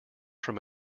from